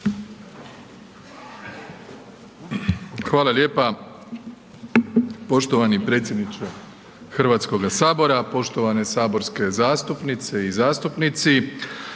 Hvala lijepa. Poštovani predsjedniče Hrvatskoga sabora, poštovane saborske zastupnice i zastupnici